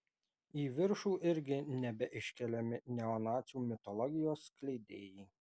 į viršų irgi nebeiškeliami neonacių mitologijos skleidėjai